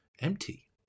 empty